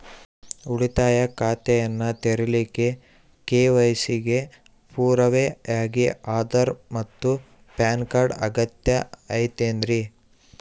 ಉಳಿತಾಯ ಖಾತೆಯನ್ನ ತೆರಿಲಿಕ್ಕೆ ಕೆ.ವೈ.ಸಿ ಗೆ ಪುರಾವೆಯಾಗಿ ಆಧಾರ್ ಮತ್ತು ಪ್ಯಾನ್ ಕಾರ್ಡ್ ಅಗತ್ಯ ಐತೇನ್ರಿ?